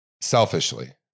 Selfishly